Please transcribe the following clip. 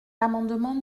l’amendement